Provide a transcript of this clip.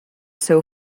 seu